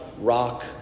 rock